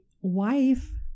wife